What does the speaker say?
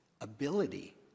ability